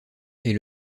est